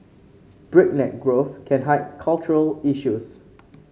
breakneck growth can hide cultural issues